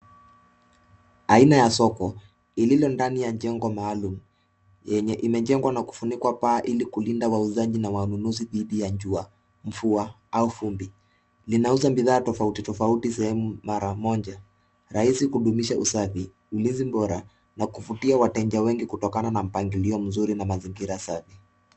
Aina ya soko ililo ndani ya jengo maalum yenye imejengwa na kufunikwa paa ili kulinda wauzaji na wanunuzi dhidi ya jua, mvua au vumbi. Linauza bidhaa tofauti tofauti sehemu mara moja rahisi kudumisha usafi, ulinzi bora na kuvutia wateja wengi kutokana na mpangilio mzuri na mazingira safi.